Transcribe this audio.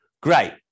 great